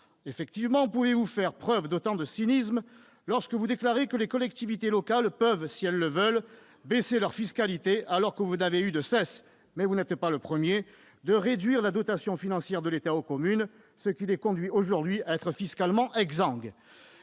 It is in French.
! Comment pouvez-vous faire preuve d'autant de cynisme, lorsque vous déclarez que les collectivités locales peuvent, si elles le veulent, baisser leur fiscalité, alors que vous n'avez eu de cesse, mais vous n'êtes pas le premier, de réduire la dotation financière de l'État aux communes, ce qui les conduit aujourd'hui à être fiscalement exsangues ?